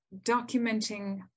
documenting